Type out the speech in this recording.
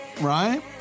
right